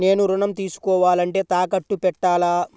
నేను ఋణం తీసుకోవాలంటే తాకట్టు పెట్టాలా?